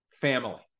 family